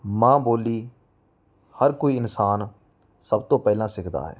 ਮਾਂ ਬੋਲੀ ਹਰ ਕੋਈ ਇਨਸਾਨ ਸਭ ਤੋਂ ਪਹਿਲਾਂ ਸਿੱਖਦਾ ਹੈ